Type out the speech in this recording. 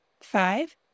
Five